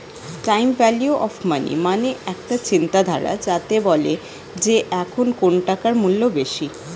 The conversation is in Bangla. টাইম ভ্যালু অফ মনি মানে একটা চিন্তাধারা যাতে বলে যে এখন কোন টাকার মূল্য বেশি